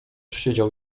siedział